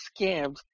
scammed